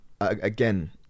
again